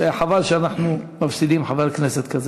חבל שאנחנו מפסידים חבר כנסת כזה.